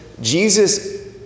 Jesus